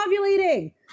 ovulating